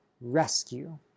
rescue